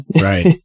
Right